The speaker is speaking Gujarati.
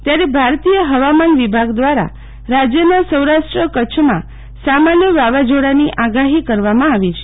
ત્યારે ભારતીય હવામાન વિભાગ દ્રારા રાજયના સૌરાષ્ટ કચ્છમાં સામાન્ય વાવાઝોડાની આગાહી કરવામાં આવી છે